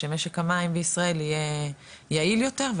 שמשק המים בישראל יהיה יעיל יותר,